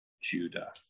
Judah